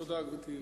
תודה רבה.